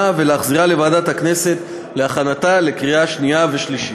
ולהחזירה לוועדת הכנסת להכנתה לקריאה שנייה ושלישית.